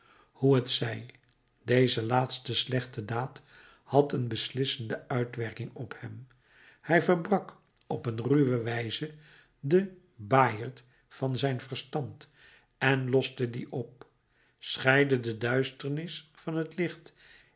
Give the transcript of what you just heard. hoe het zij deze laatste slechte daad had een beslissende uitwerking op hem zij verbrak op een ruwe wijze den bajert van zijn verstand en loste dien op scheidde de duisternis van het licht